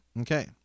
Okay